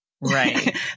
right